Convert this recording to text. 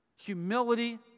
Humility